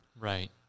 Right